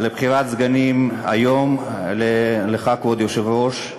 לבחירת סגנים לך, כבוד יושב-ראש הכנסת,